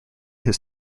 his